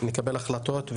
נקבל החלטות,